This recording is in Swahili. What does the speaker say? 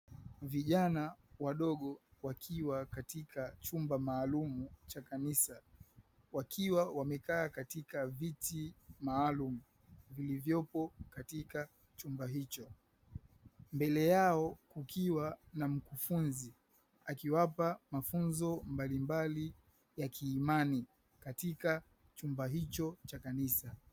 Vijana wadogo wakiwa katika chumba maalumu cha kanisa wakiwa wamekaa katika viti maalumu vilivyopo katika chumba hicho. Mbele yao kukiwa na mkufunzi akiwapa mafunzo mbalimbali ya kiimani katika chumba hicho cha kanisa.